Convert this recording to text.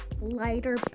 lighter